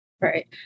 Right